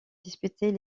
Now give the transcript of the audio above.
disputer